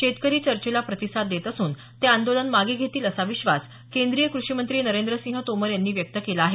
शेतकरी चर्चेला प्रतिसाद देत असून ते आंदोलन मागे घेतील असा विश्वास केंद्रीय कृषी मंत्री नरेंद्र सिंह तोमर यांनी व्यक्त केला आहे